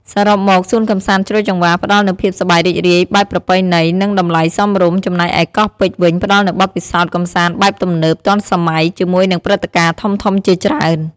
សរុបមក សួនកម្សាន្តជ្រោយចង្វារផ្ដល់នូវភាពសប្បាយរីករាយបែបប្រពៃណី និងតម្លៃសមរម្យ ចំណែកឯកោះពេជ្រវិញផ្ដល់នូវបទពិសោធន៍កម្សាន្តបែបទំនើប ទាន់សម័យ ជាមួយនឹងព្រឹត្តិការណ៍ធំៗជាច្រើន។